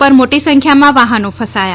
ઉપર મોટી સંખ્યામાં વાહનો ફસાયા